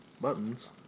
buttons